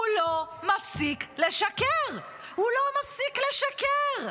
הוא לא מפסיק לשקר, הוא לא מפסיק לשקר.